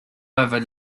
over